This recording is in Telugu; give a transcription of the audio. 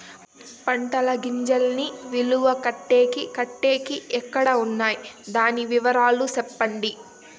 పంటల గింజల్ని నిలువ పెట్టేకి పెట్టేకి ఎక్కడ వున్నాయి? దాని వివరాలు సెప్పండి?